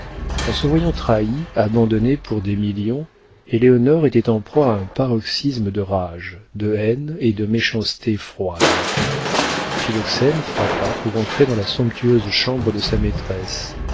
en se voyant trahie abandonnée pour des millions éléonore était en proie à un paroxysme de rage de haine et de méchanceté froide philoxène frappa pour entrer dans la somptueuse chambre de sa maîtresse